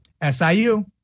S-I-U